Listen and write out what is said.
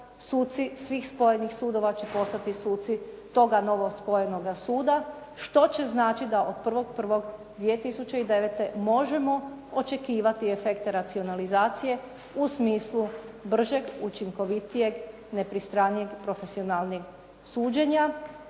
svih spojenih sudova će postati suci toga novo spojenoga suda što će značiti da od 1.1.2009. možemo očekivati efekte racionalizacije u smislu bržeg, učinkovitijeg, nepristranijeg i profesionalnijeg suđenja